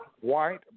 white